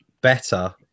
better